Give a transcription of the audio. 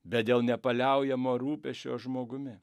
bet dėl nepaliaujamo rūpesčio žmogumi